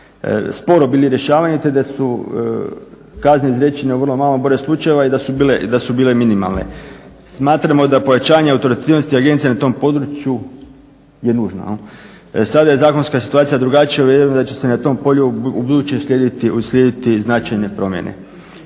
sporo bili rješavani, te da su kazne izrečene u vrlo malom broju slučajeva i da su bile minimalne. Smatramo da pojačanje autoritativnosti agencija na tom području je nužno. Sada je zakonska situacija drugačija, i vjerujemo da će se na tom polju ubuduće uslijediti značajne promjene.